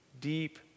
deep